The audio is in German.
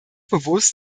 bewusst